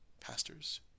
pastors